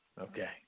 Okay